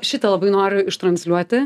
šitą labai noriu ištransliuoti